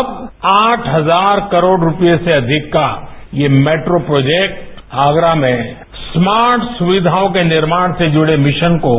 अब आठ हजार करोड़ रुपये से अधिक का ये मेट्रो प्रोजेक्ट आगरा में स्मार्ट सुविधाओं के निर्माण से जुड़े मिशन को